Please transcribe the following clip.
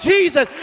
Jesus